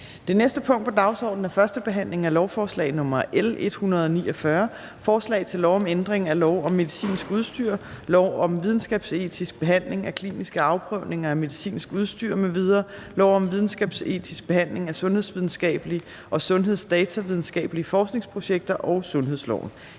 (Fremsættelse 15.03.2022). 4) 1. behandling af lovforslag nr. L 149: Forslag til lov om ændring af lov om medicinsk udstyr, lov om videnskabsetisk behandling af kliniske afprøvninger af medicinsk udstyr m.v., lov om videnskabsetisk behandling af sundhedsvidenskabelige og sundhedsdatavidenskabelige forskningsprojekter og sundhedsloven.